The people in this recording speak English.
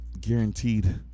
guaranteed